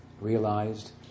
realized